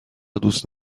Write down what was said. دوست